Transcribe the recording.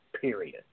period